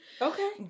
Okay